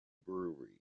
brewery